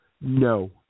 No